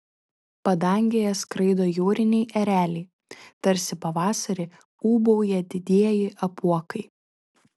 padangėje skraido jūriniai ereliai tarsi pavasarį ūbauja didieji apuokai